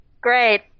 Great